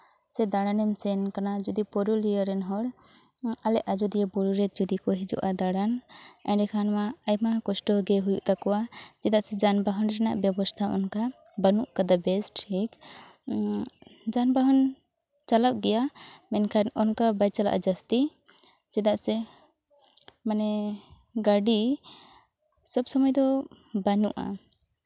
ᱥᱮ ᱫᱟᱬᱟᱱᱮᱢ ᱥᱮᱱ ᱠᱟᱱᱟ ᱡᱩᱫᱤ ᱯᱩᱨᱩᱞᱤᱭᱟᱹ ᱨᱮᱱ ᱦᱚᱲ ᱟᱞᱮ ᱟᱡᱳᱫᱤᱭᱟᱹ ᱵᱩᱨᱩᱨᱮ ᱡᱩᱫᱤ ᱠᱚ ᱦᱤᱡᱩᱜᱼᱟ ᱫᱟᱬᱟᱱ ᱮᱸᱰᱮᱠᱷᱟᱱ ᱢᱟ ᱟᱭᱢᱟ ᱠᱚᱥᱴᱚ ᱜᱮ ᱦᱩᱭᱩᱜ ᱛᱟᱠᱚᱣᱟ ᱪᱮᱫᱟᱜ ᱥᱮ ᱡᱟᱱᱵᱟᱦᱚᱱ ᱨᱮᱱᱟᱜ ᱵᱮᱵᱚᱥᱛᱷᱟ ᱚᱱᱠᱟ ᱵᱟᱹᱱᱩᱜ ᱠᱟᱫᱟ ᱵᱮᱥ ᱴᱷᱤᱠ ᱡᱟᱱᱵᱟᱦᱚᱱ ᱪᱟᱞᱟᱜ ᱜᱮᱭᱟ ᱢᱮᱱᱠᱷᱟᱱ ᱚᱱᱠᱟ ᱵᱟᱭ ᱪᱟᱞᱟᱜᱼᱟ ᱡᱟᱹᱥᱛᱤ ᱪᱮᱫᱟᱜ ᱥᱮ ᱢᱟᱱᱮ ᱜᱟᱹᱰᱤ ᱥᱚᱵ ᱥᱚᱢᱚᱭ ᱫᱚ ᱵᱟᱹᱱᱩᱜᱼᱟ